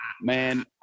Man